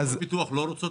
בהרבה מקרים הן לא רוצות